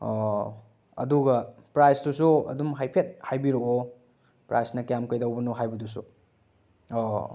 ꯑꯣ ꯑꯗꯨꯒ ꯄ꯭ꯔꯥꯏꯇꯨꯁꯨ ꯑꯗꯨꯝ ꯍꯥꯏꯐꯦꯠ ꯍꯥꯏꯕꯤꯔꯛꯑꯣ ꯄ꯭ꯔꯥꯏꯁꯅ ꯀꯌꯥꯝ ꯀꯩꯗꯧꯕꯅꯣ ꯍꯥꯏꯕꯗꯨꯁꯨ ꯑꯣ